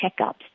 checkups